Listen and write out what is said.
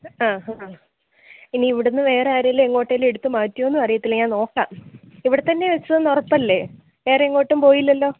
ആ ഹ ഇനി ഇവിടെ നിന്ന് വേറെ ആരെങ്കിലും എങ്ങോട്ടെങ്കിലും എടുത്തു മാറ്റിയോ എന്നും അറിയത്തില്ല ഞാൻ നോക്കാം ഇവിടെ തന്നെയാണ് വച്ചതെന്ന് ഉറപ്പല്ലേ വേറെ എങ്ങോട്ടും പോയില്ലല്ലോ